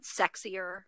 sexier